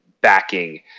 backing